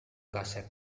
kaset